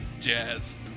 jazz